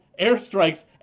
airstrikes